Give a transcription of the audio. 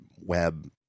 web